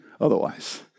Otherwise